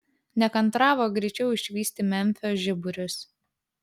nekantravo greičiau išvysti memfio žiburius